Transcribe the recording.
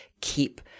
keep